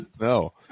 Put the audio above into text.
no